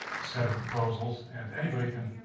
set of proposals and anybody, can